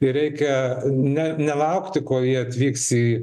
ir reikia ne nelaukti kol jie atvyks į